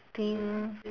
think